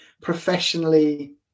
professionally